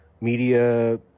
media